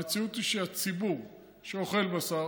המציאות היא שהציבור שאוכל בשר,